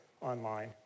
online